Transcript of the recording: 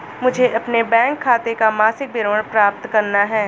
मुझे अपने बैंक खाते का मासिक विवरण प्राप्त करना है?